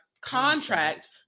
Contract